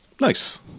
Nice